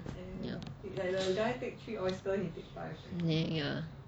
ya ya